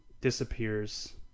disappears